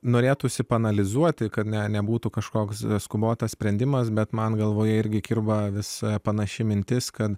norėtųsi paanalizuoti kad ne nebūtų kažkoks skubotas sprendimas bet man galvoje irgi kirba visa panaši mintis kad